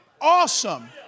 Awesome